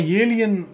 alien